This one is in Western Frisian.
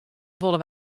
wolle